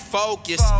focus